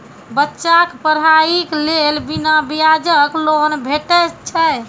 बच्चाक पढ़ाईक लेल बिना ब्याजक लोन भेटै छै?